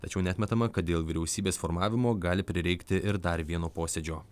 tačiau neatmetama kad dėl vyriausybės formavimo gali prireikti ir dar vieno posėdžio